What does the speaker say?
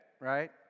right